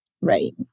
Right